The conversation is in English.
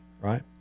right